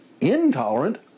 intolerant